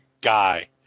guy